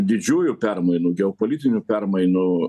didžiųjų permainų geopolitinių permainų